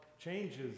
changes